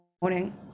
morning